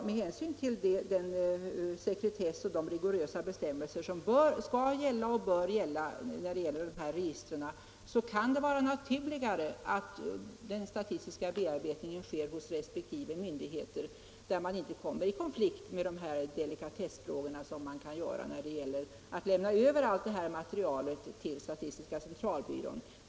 Med hänsyn till den sekretess och de rigorösa bestämmelser som skall och bör gälla för dessa register så kan det vara naturligt att den statistiska bearbetningen sker hos resp. myndigheter, där man inte kommer i konflikt med dessa delikata frågor, vilket skulle ske om man lämnade över allt materialet till statistiska centralbyrån.